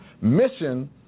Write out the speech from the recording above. mission